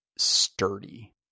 sturdy